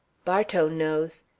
bartow knows.